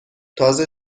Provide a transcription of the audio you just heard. تازه